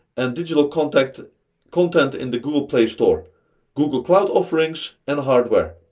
and digital content content in the google play store google cloud offerings and hardware.